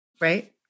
Right